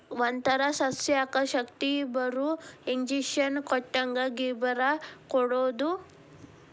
ಒಂತರಾ ಸಸ್ಯಕ್ಕ ಶಕ್ತಿಬರು ಇಂಜೆಕ್ಷನ್ ಕೊಟ್ಟಂಗ ಗಿಬ್ಬರಾ ಕೊಡುದು